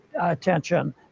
attention